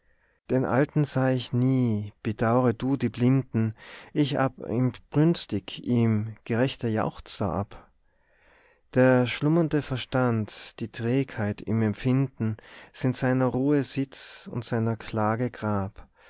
den alten sah ich nie bedaure du die blinden ich ab inbrünstig ihm gerechte jauchter ab der schlummernde verstand die trägheit im empfinden sind seiner ruhe sitz und seiner klage grab